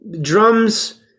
drums